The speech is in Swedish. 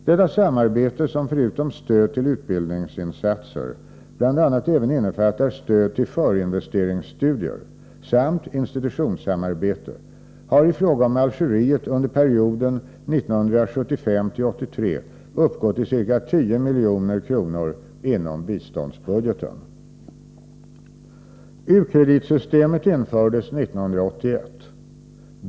Detta samarbete som förutom stöd till utbildningsinsatser bl.a. även innefattar stöd till förinvesteringsstudier samt institutionssamarbete har i fråga om Algeriet under perioden 1975-1983 uppgått till ca 10 milj.kr. inom biståndsbudgeten. U-kreditsystemet infördes 1981.